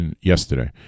yesterday